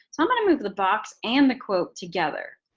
i'm going to move the box and the quote together.